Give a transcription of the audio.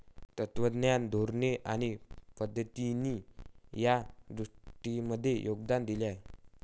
तत्त्वज्ञान, धोरणे आणि पद्धतींनी या उद्दिष्टांमध्ये योगदान दिले आहे